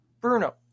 Bruno